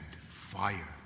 fire